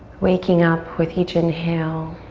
waking up with each inhale